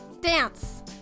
Dance